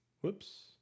Whoops